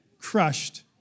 crushed